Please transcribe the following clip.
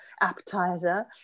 appetizer